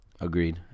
agreed